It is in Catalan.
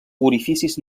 orificis